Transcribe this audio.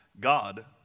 God